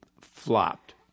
flopped